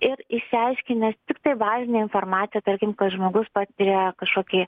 ir išsiaiškinęs tiktai bazinę informaciją tarkim kad žmogus patiria kažkokį